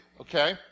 Okay